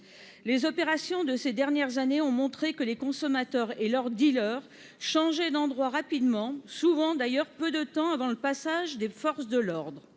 les opérations de ces dernières années ont montré que les consommateurs et leurs dealers changer d'endroit rapidement, souvent d'ailleurs, peu de temps avant le passage des forces de l'ordre